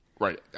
Right